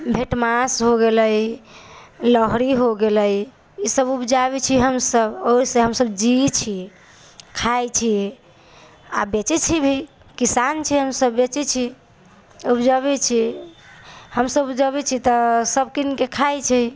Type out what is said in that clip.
भेट मास हो गेलै लहरी हो गेलै ईसब उपजाबै छियै हमसब ओहि से हमसब जीए छियै खाइ छियै आ बेचै छियै भी किसान छियै हमसब बेचै छी उपजबै छी हमसब उपजबै छी तऽ सब कीन के खाइ छै